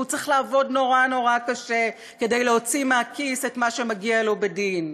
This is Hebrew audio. והוא צריך לעבוד נורא-נורא קשה כדי להוציא מהכיס את מה שמגיע לו בדין,